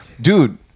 Dude